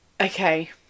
okay